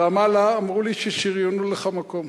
ברמאללה אמרו לי ששריינו לך מקום.